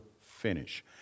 finish